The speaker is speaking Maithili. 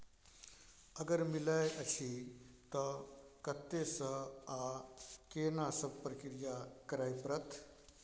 अगर मिलय अछि त कत्ते स आ केना सब प्रक्रिया करय परत?